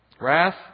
Wrath